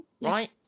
right